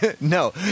No